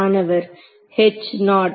மாணவர் H not